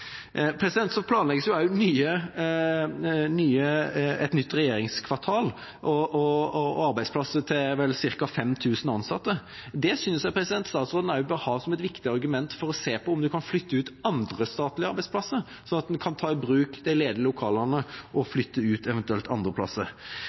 Så planlegges det et nytt regjeringskvartal og arbeidsplasser til ca. 5 000 ansatte. Det synes jeg også statsråden bør ha som et viktig argument for å se på om man kan flytte ut andre statlige arbeidsplasser, slik at en kan ta i bruk de ledige lokalene og